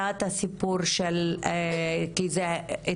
על הרבה צעירות שבעצם צולמו,